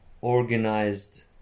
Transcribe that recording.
organized